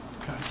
Okay